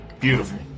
beautiful